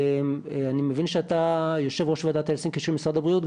אני מבין שאתה יושב-ראש ועדת הלסינקי של משרד הבריאות,